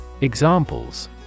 Examples